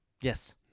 Yes